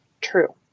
true